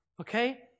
okay